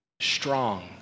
strong